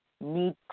need